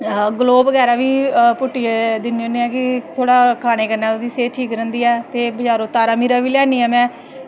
glow बगैरा बी पुट्टियै दिन्नें होनें आं कि थोह्ड़ा ओह् बी खानें कन्नैं बी सेह्त ठीक रैंह्दी ऐ ते बगैरा तारांमीरा बी लेआनी आं में